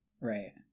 right